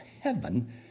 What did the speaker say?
heaven